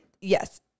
Yes